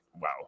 wow